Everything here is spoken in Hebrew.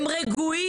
הם רגועים.